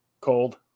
cold